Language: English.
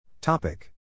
Topic